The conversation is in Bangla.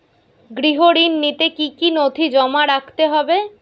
গৃহ ঋণ নিতে কি কি নথি জমা রাখতে হবে?